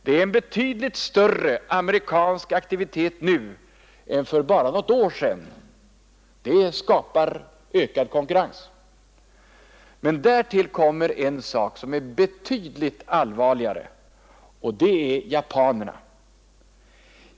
Det är en betydligt större amerikansk aktivitet nu än för bara något år sedan. Det skapade ökad konkurrens. Men därtill kommer en sak som är betydligt allvarligare, och det är japanerna.